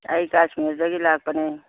ꯑꯩ ꯀꯥꯁꯃꯤꯔꯗꯒꯤ ꯂꯥꯛꯄꯅꯦ